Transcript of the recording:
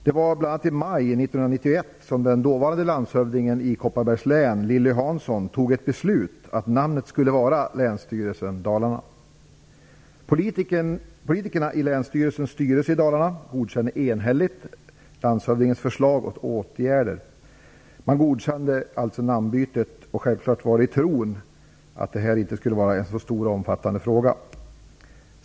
Det var i maj 1991 som den dåvarande landshövdingen i Kopparbergs län, Lilly Hansson, fattade ett beslut om att namnet skulle vara Länsstyrelsen Dalarna. Politikerna i länsstyrelsens styrelse i Dalarna godkände enhälligt landshövdingens förslag och åtgärder. Man godkände alltså namnbytet, och självklart skedde det i tron att det inte skulle vara en så stor och omfattande fråga.